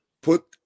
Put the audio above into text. put